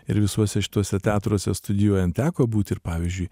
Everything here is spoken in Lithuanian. ir visuose šituose teatruose studijuojan teko būti ir pavyzdžiui